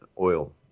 oil